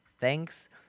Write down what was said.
Thanks